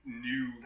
new